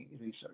research